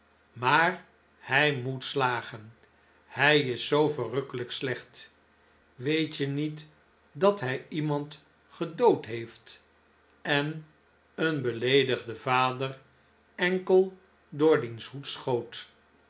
maar hij moet slagen hij is zoo verrukkelijk slecht weet je niet dat hij iemand gedood heeft en een beleedigden vader enkel door diens hoed schoot